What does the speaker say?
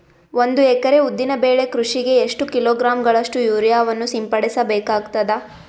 ಒಂದು ಎಕರೆ ಉದ್ದಿನ ಬೆಳೆ ಕೃಷಿಗೆ ಎಷ್ಟು ಕಿಲೋಗ್ರಾಂ ಗಳಷ್ಟು ಯೂರಿಯಾವನ್ನು ಸಿಂಪಡಸ ಬೇಕಾಗತದಾ?